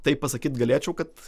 tai pasakyt galėčiau kad